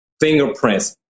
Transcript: fingerprints